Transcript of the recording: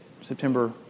September